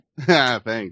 Thanks